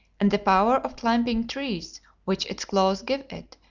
and the power of climbing trees which its claws give it,